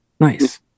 Nice